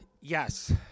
Yes